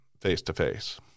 face-to-face